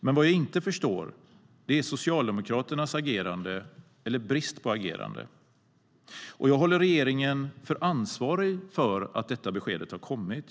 Men vad jag inte förstår är Socialdemokraternas agerande, eller brist på agerande. Jag håller regeringen ansvarig för att detta besked har kommit.